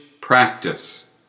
practice